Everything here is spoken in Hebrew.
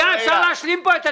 אפשר להשלים פה את הדיבורים.